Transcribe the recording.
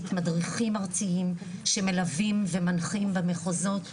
מדריכים ארציים שמלווים ומנחים במחוזות,